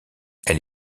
elle